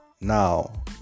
now